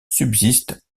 subsiste